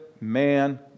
man